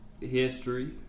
history